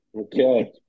Okay